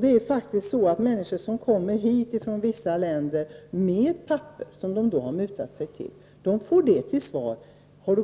Det är faktiskt så att de människor som kommer hit från vissa länder med dokument som de har mutat sig till här får till svar: